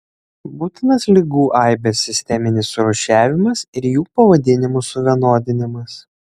būtinas ligų aibės sisteminis surūšiavimas ir jų pavadinimų suvienodinimas